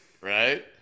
right